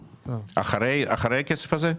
אחרי הכסף הזה?